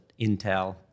Intel